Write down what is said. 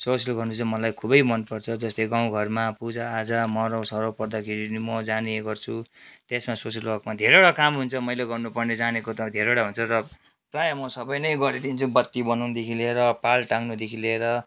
social गर्नु चाहिँ मलाई खुबै मन पर्छ जस्तै गाउँ घरमा पूजा आजा मराउसराउ पर्दाखेरि म जाने गर्छु त्यसमा सोसियल वर्कमा धेरैवटा काम हुन्छ मैले गर्नु पर्ने जानेको त धेरैवटा हुन्छ र प्रायः म सबै नै गरिदिन्छु बत्ती बनाउनुदेखि लिएर पाल टाँग्नुदेखि लिएर